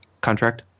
contract